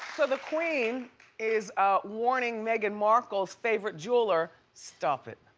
so the queen is ah warning meghan markle's favorite jeweler stop it,